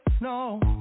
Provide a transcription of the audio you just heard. No